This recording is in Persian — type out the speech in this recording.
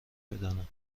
بدانم